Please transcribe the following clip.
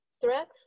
threat